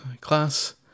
Class